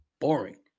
Boring